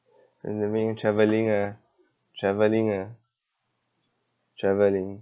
and the main travelling ah travelling ah travelling